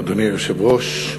אדוני היושב-ראש,